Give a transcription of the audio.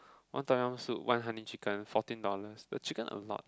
one Tom-yum soup one honey chicken fourteen dollars the chicken a lot